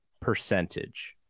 percentage